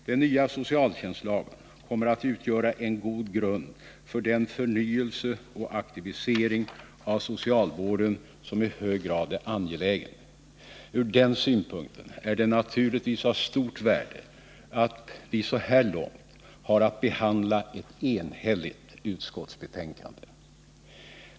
Den nya socialtjänstlagen kommer att utgöra en god grund för den förnyelse och den aktivisering av socialvården som i hög grad är angelägna. Ur den synpunkten är det naturligtvis av stort värde att vi så här långt har att behandla ett enhälligt utskottsbetänkande.